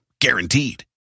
Guaranteed